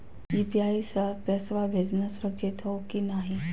UPI स पैसवा भेजना सुरक्षित हो की नाहीं?